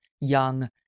young